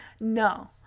No